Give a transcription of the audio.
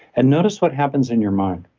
and notice what happens in your mind.